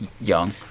young